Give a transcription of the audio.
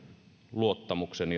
luottamuksen